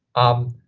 um,